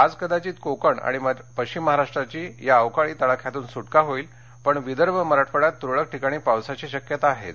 आज कदाचित कोकण आणि पश्चिम महाराष्ट्राची या अवकाळी तडाख्यातून सुटका होईल पण विदर्भ मराठवाङ्यात तुरळक ठिकाणी पावसाची शक्यता आहेच